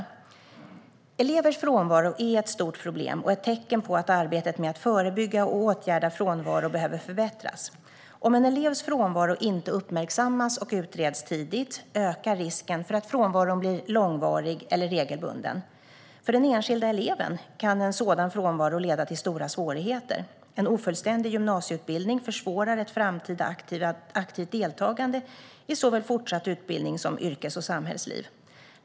Svar på interpellationer Elevers frånvaro är ett stort problem och ett tecken på att arbetet med att förebygga och åtgärda frånvaro behöver förbättras. Om en elevs frånvaro inte uppmärksammas och utreds tidigt ökar risken för att frånvaron blir långvarig eller regelbunden. För den enskilda eleven kan en sådan frånvaro leda till stora svårigheter. En ofullständig gymnasieutbildning försvårar ett framtida aktivt deltagande i såväl fortsatt utbildning som yrkes och samhällsliv.